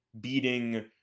beating